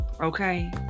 Okay